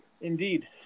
Indeed